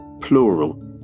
plural